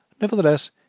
Nevertheless